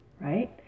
right